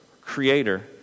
creator